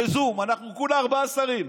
בזום, אנחנו כולה ארבעה שרים,